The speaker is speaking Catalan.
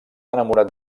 enamorat